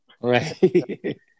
Right